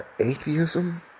atheism